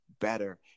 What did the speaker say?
better